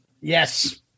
Yes